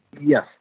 Yes